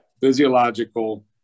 physiological